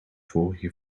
vorige